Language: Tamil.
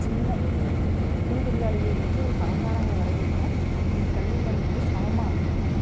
சின்ன ஒரு ஒரு ஒரு கூலித்தொழிலாளிலிகள்லேருந்து ஒரு பணக்காரவங்க வரைக்கும் கூட அந்த கல்விமுறை வந்து சமம்மாக அமையணும்